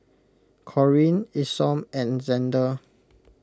Corrine Isom and Xander